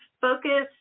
focus